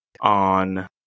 on